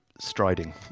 Striding